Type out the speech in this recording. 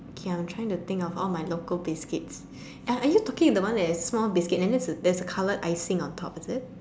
okay I'm trying to think of all my local biscuits are are you talking about the one that is small biscuit then there's there's a coloured icing on top is it